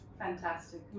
Fantastic